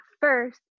first